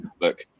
look